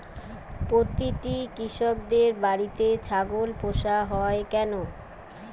প্রতিটি কৃষকদের বাড়িতে ছাগল পোষা হয় কেন?